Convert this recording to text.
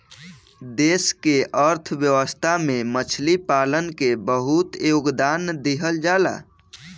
देश के अर्थव्यवस्था में मछली पालन के बहुत योगदान दीहल जाता